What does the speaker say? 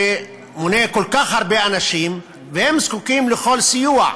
שמונה כל כך הרבה אנשים, והם זקוקים לכל סיוע.